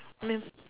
live